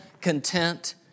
content